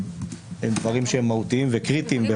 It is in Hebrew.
אלה דברים שהם מהותיים וקריטיים.